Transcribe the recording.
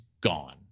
gone